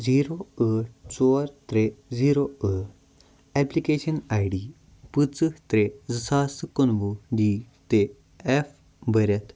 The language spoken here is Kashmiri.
زیٖرو ٲٹھ ژور ترٛےٚ زیٖرو ٲٹھ ایپلِکیشن آئی ڈی پٕنٛژٕہ ترٛےٚ زٕ ساس تہٕ کُنوُہ ڈی ٹے ایٚف بٔرتھ